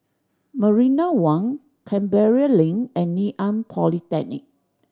Marina One Canberra Link and Ngee Ann Polytechnic